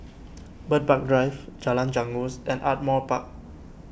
Bird Park Drive Jalan Janggus and Ardmore Park